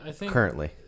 currently